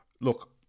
Look